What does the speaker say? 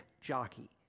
jockey